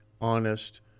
honest